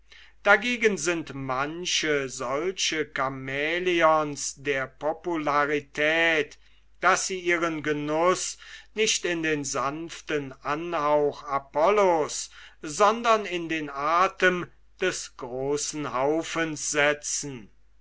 dagegen sind manche solche kamäleone der popularität daß sie ihren genuß nicht in den sanften anhauch apollo's sondern in den athem des großen haufens setzen